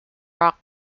rock